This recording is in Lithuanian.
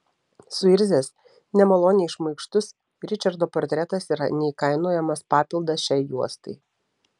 suirzęs nemaloniai šmaikštus ričardo portretas yra neįkainojamas papildas šiai juostai